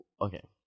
okay